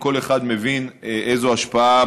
כל אחד מבין איזו השפעה,